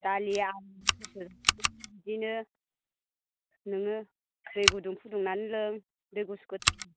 दालिया बिदिनो नोङो दै गुदुं फुदुंनानै लों दै गुसुखो